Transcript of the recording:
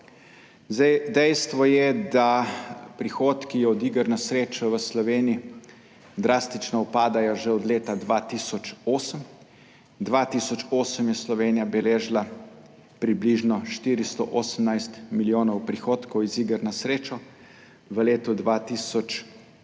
šport. Dejstvo je, da prihodki od iger na srečo v Sloveniji drastično upadajo že od leta 2008. 2008 je Slovenija beležila približno 418 milijonov prihodkov iz iger na srečo, v letu 2019